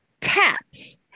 TAPS